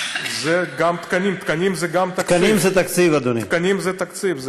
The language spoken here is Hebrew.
זה עניין של תקנים או עניין של תקציב?